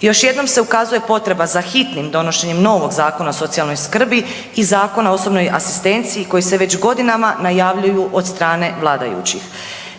Još jednom se ukazuje potreba za hitnom donošenjem novog Zakona o socijalnoj skrbi i Zakona o osobnoj asistenciji koji se već godinama najavljuju od strane vladajućih.